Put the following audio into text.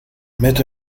met